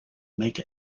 make